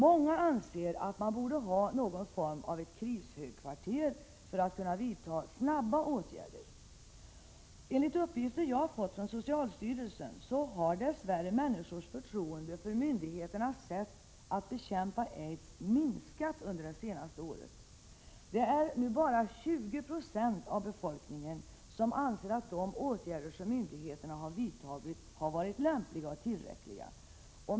Många anser att man borde ha någon form av krishögkvarter för att kunna vidta snara åtgärder. Enligt uppgifter som jag har fått från socialstyrelsen har dess värre människornas förtroende för myndigheternas sätt att bekämpa aids minskat under det senaste året. Det är nu bara 20 26 av svenska folket som anser att de åtgärder myndigheterna vidtagit har varit lämpliga och tillräckliga.